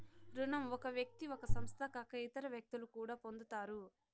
రుణం ఒక వ్యక్తి ఒక సంస్థ కాక ఇతర వ్యక్తులు కూడా పొందుతారు